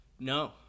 No